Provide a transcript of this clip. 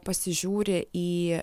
pasižiūri į